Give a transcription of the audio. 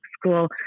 school